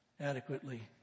adequately